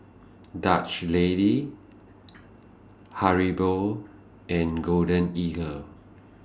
Dutch Lady Haribo and Golden Eagle